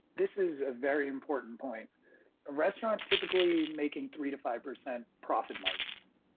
this is a very important point restaurant typically making three to five percent profit margins.